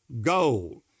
gold